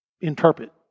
interpret